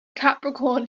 capricorn